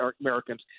Americans